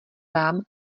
vám